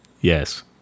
Yes